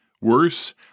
Worse